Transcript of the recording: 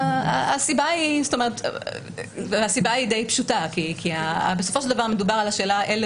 הסיבה היא די פשוטה כי בסופו של דבר מדובר על אילו